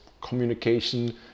communication